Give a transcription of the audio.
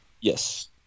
yes